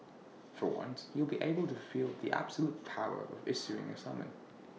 for once you'll be able to feel the absolute power of issuing A summon